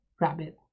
rabbit